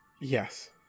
Yes